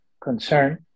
concern